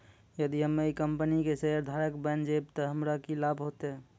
यदि हम्मै ई कंपनी के शेयरधारक बैन जैबै तअ हमरा की लाभ होतै